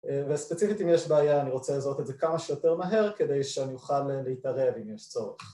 וספציפית אם יש בעיה אני רוצה לעזור את זה כמה שיותר מהר כדי שאני אוכל להתערב אם יש צורך